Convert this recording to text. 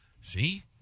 See